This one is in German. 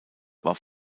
war